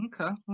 Okay